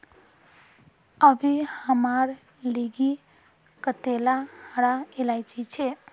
अभी हमार लिगी कतेला हरा इलायची छे